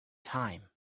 time